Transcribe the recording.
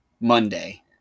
monday